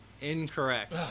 incorrect